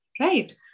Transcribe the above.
right